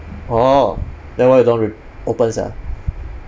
orh then why you don't want rep~ open sia